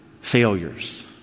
failures